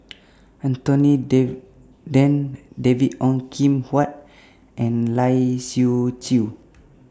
Anthony Then David Ong Kim Huat and Lai Siu Chiu